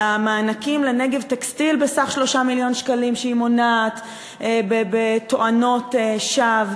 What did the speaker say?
על המענקים ל"נגב טקסטיל" בסך 3 מיליון שקלים שהיא מונעת בתואנות שווא,